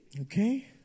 Okay